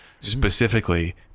specifically